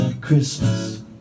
Christmas